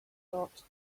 thought